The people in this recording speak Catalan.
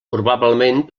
probablement